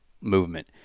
movement